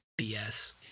bs